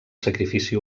sacrifici